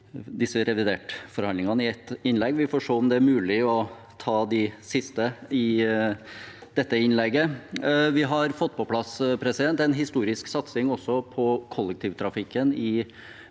disse revidertforhandlingene, i ett innlegg. Vi får se om det er mulig å ta de siste i dette innlegget. Vi har fått på plass en historisk satsing på kollektivtrafikken i